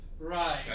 Right